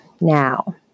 Now